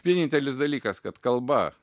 vienintelis dalykas kad kalba